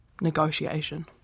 negotiation